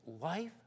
life